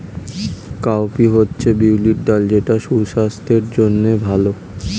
cowpea হচ্ছে বিউলির ডাল যেটা সুস্বাস্থ্যের জন্য ভালো